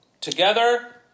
together